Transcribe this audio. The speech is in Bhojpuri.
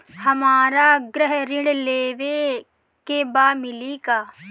हमरा गृह ऋण लेवे के बा मिली का?